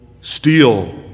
steal